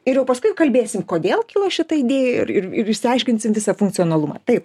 ir jau paskui kalbėsim kodėl kilo šita idėja ir ir ir išsiaiškinsim visą funkcionalumą taip